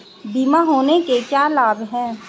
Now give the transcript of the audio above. बीमा होने के क्या क्या लाभ हैं?